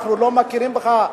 אנחנו לא מכירים אותך,